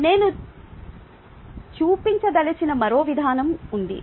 నేను చూపించదలిచిన మరో విధానం ఉంది